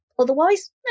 Otherwise